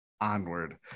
Onward